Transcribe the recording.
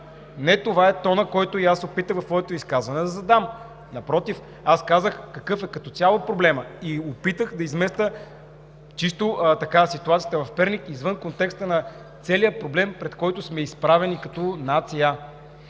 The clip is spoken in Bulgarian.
не това е тонът, който и аз се опитах в своето изказване да задам. Напротив, аз казах какъв е като цяло проблемът и опитах да изместя ситуацията в Перник извън контекста на целия проблем, пред който сме изправени като нация.